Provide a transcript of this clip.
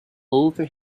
over